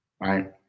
Right